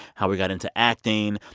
how he got into acting,